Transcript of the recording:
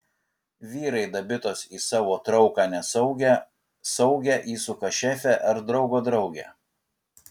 vyrai dabitos į savo trauką nesaugią saugią įsuka šefę ar draugo draugę